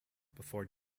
before